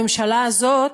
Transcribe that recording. הממשלה הזאת,